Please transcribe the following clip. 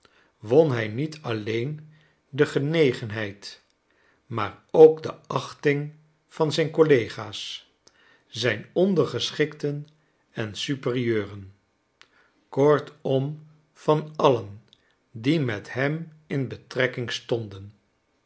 won hij niet alleen de genegenheid maar ook de achting van zijn collega's zijn ondergeschikten en superieuren kortom van allen die met hem in betrekking stonden